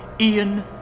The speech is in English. Ian